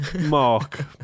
Mark